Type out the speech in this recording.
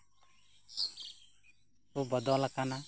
ᱠᱚ ᱵᱚᱫᱚᱞᱟᱠᱟᱱᱟ